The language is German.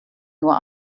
nur